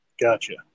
Gotcha